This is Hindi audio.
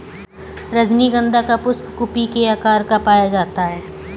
रजनीगंधा का पुष्प कुपी के आकार का पाया जाता है